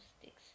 sticks